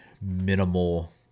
minimal